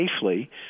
safely